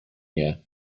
nie